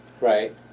Right